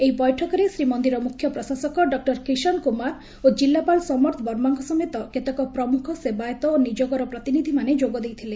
ଏହି ବୈଠକରେ ଶ୍ରୀମନ୍ଦିର ମୁଖ୍ୟ ପ୍ରଶାସକ ଡ କ୍ରୀଷନ୍ କୁମାର ଓ ଜିଲ୍ଲାପାଳ ସମର୍ଥ ବର୍ମାଙ୍କ ସମେତ କେତେକ ପ୍ରମୁଖ ସେବାୟତ ଓ ନିଯୋଗର ପ୍ରତିନିଧିମାନେ ଯୋଗଦେଇଥିଲେ